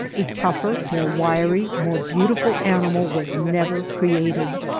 a tougher, more wiry, more beautiful animal was never created.